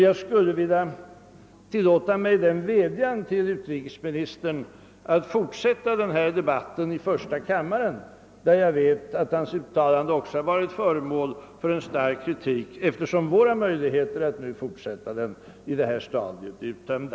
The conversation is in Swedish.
Jag vill tillåta mig att rikta en vädjan till utrikesministern om att han skall fortsätta den na debatt i första kammaren, där jag vet att hans uttalande också varit föremål för stark kritik. Jag gör det eftersom våra möjligheter att här i kammaren fortsätta debatten på detta stadium är uttömda.